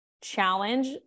challenge